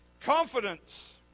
Confidence